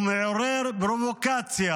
ומעורר פרובוקציה